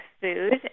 food